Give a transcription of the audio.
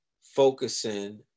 focusing